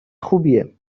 خوبیه